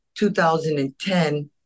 2010